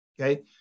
okay